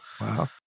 wow